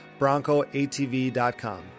BroncoATV.com